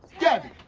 gabby!